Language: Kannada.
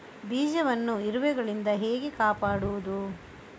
ಬೀಜವನ್ನು ಇರುವೆಗಳಿಂದ ಹೇಗೆ ಕಾಪಾಡುವುದು?